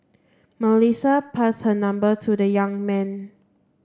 Melissa pass her number to the young man